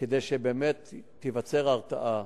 כדי שבאמת תיווצר הרתעה.